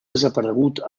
desaparegut